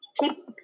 keep